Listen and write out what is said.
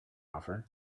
offer